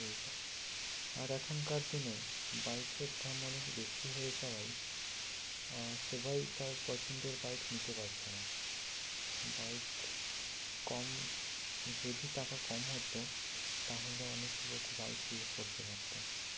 এইসব আর এখনকার দিনে বাইকের দাম অনেক বেশি হয়ে যাওয়ায় সবাই তার পছন্দের বাইক নিতে পারছে না বাইক কম যদি টাকা কম হতো তাহলে অনেক লোক বাইক ইউজ করতে পারত